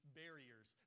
barriers